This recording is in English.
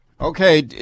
Okay